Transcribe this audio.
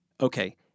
Okay